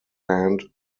hand